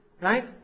Right